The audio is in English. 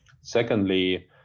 Secondly